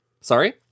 Sorry